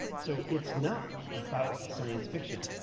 so, it's not about science fiction.